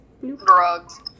drugs